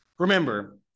Remember